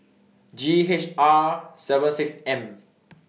G H R seven six M